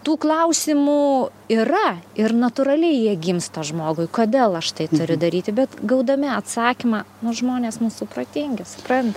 tų klausimų yra ir natūraliai jie gimsta žmogui kodėl aš tai turiu daryti bet gaudami atsakymą nu žmonės mūsų protingi supranta